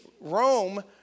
Rome